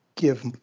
Give